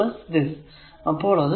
70a അപ്പോൾ അത് 22